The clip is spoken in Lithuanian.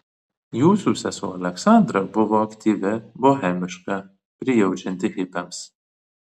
jūsų sesuo aleksandra buvo aktyvi bohemiška prijaučianti hipiams